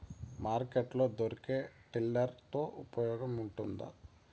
Market లో దొరికే tiller తో ఉపయోగం ఉంటుందా?